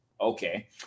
okay